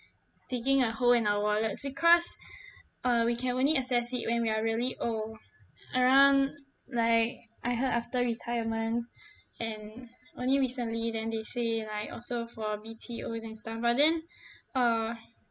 digging a hole in our wallets because uh we can only access it when we are really old around like I heard after retirement and only recently then they say like also for B_T_Os and stuff but then uh